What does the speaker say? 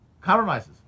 compromises